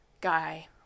guy